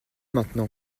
maintenant